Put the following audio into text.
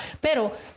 Pero